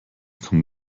kommt